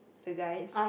the guys